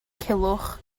culhwch